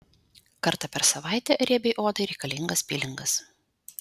kartą per savaitę riebiai odai reikalingas pilingas